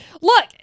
look